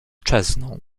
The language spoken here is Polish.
czezną